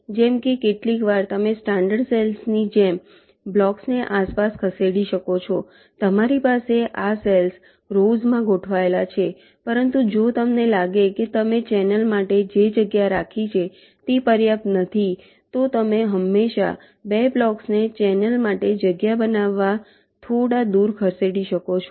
જેમ કે કેટલીકવાર તમે સ્ટાન્ડર્ડ સેલની જેમ બ્લોક્સને આસપાસ ખસેડી શકો છો તમારી પાસે આ સેલ્સ રોવ્સ માં ગોઠવાયેલા છે પરંતુ જો તમને લાગે કે તમે ચેનલ માટે જે જગ્યા રાખી છે તે પર્યાપ્ત નથી તો તમે હંમેશા 2 બ્લોક્સને ચેનલ માટે જગ્યા બનાવવા થોડા દૂર ખસેડી શકો છો